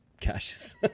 caches